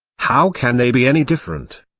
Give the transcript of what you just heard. how can they be any different?